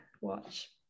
watch